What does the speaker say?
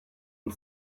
and